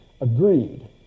agreed